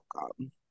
welcome